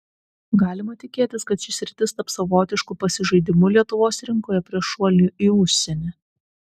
galima tikėtis kad ši sritis taps savotišku pasižaidimu lietuvos rinkoje prieš šuolį į užsienį